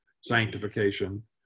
sanctification